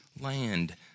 land